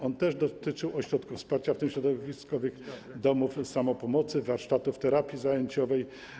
On też dotyczył ośrodków wsparcia, w tym środowiskowych domów samopomocy, warsztatów terapii zajęciowej.